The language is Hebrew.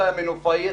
לא מנופאי,